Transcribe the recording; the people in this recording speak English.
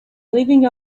living